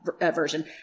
version